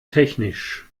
technisch